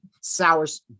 Sours